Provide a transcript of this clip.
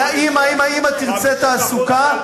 אם האמא תרצה תעסוקה,